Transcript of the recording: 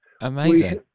Amazing